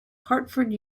hartford